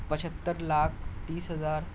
پچہتر لاکھ تیس ہزار